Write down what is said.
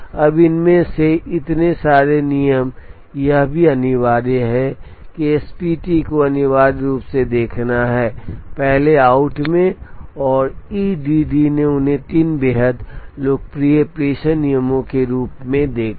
अब इनमें से इतने सारे नियम यह भी अनिवार्य है कि एसपीटी को अनिवार्य रूप से देखना है पहले आउट में और ईडीडी ने उन्हें तीन बेहद लोकप्रिय प्रेषण नियमों के रूप में देखा